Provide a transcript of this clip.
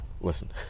listen